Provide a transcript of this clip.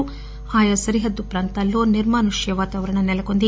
దీంతో ఆయా సరిహద్దు ప్రాంతాలలో నిర్మానుష్య వాతావరణం నెలకొంది